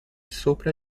sopra